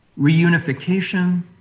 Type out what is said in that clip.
reunification